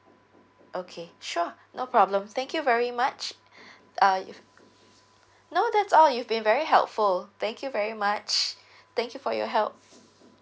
okay sure no problem thank you very much uh if no that's all you've been very helpful thank you very much thank you for your help